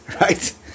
Right